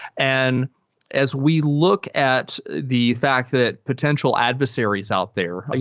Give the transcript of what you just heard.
and as we look at the fact that potential adversaries out there,